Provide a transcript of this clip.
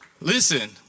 Listen